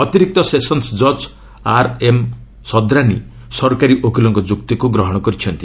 ଅତିରିକ୍ତ ସେସନ୍ସ ଜକ୍ ଆର୍ଏମ୍ ଶଦ୍ରାନୀ ସରକାରୀ ଓକିଲଙ୍କ ଯୁକ୍ତିକୁ ଗ୍ରହଣ କରିଛନ୍ତି